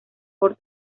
ford